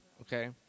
okay